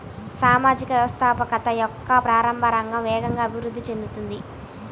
సామాజిక వ్యవస్థాపకత యొక్క ప్రారంభ రంగం వేగంగా అభివృద్ధి చెందుతోంది